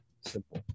Simple